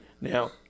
Now